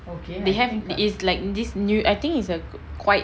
they have is like this new I think is a quite